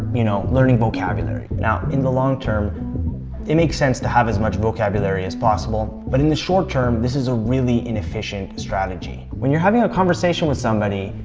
you know, learning vocabulary. now, in the long term it makes sense to have as much vocabulary as possible. but in the short term, this is a really inefficient strategy. when you're having a conversation with somebody,